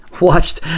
watched